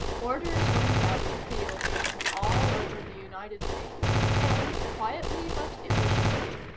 orders went out to field agents all over the united states, and, quietly but efficiently,